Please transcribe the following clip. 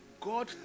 God